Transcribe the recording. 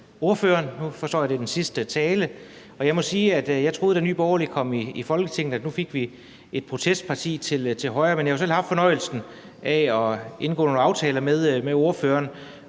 Nu forstår jeg; det er den sidste tale. Jeg må sige, at da Nye Borgerlige kom i Folketinget, troede jeg, at nu fik vi et protestparti til højre. Men jeg har jo selv haft fornøjelsen af at indgå nogle aftaler med ordføreren